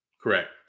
Correct